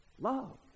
love